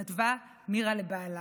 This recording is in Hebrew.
כתבה מירה לבעלה: